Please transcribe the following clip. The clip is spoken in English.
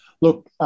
Look